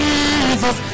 Jesus